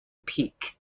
peak